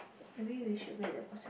maybe we should wait the person